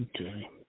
Okay